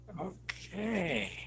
Okay